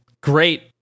great